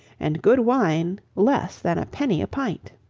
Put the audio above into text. and good wine less than a penny a pint.